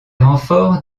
renforts